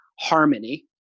harmony